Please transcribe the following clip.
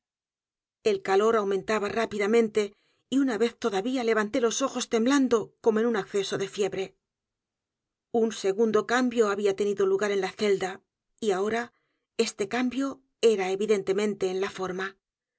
el calor aumentaba rápidamente y una vez todavía levanté los ojos temblando como en un acceso de fiebre el pozo y el péndulo un segundo cambio había tenido l u g a r en la celda y ahora este cambio era evidentemente en la forma